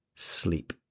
sleep